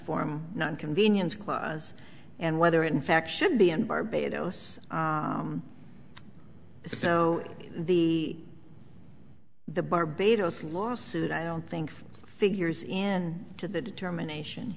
form not convenience clause and whether in fact should be in barbados so the the barbados lawsuit i don't think figures in to the determination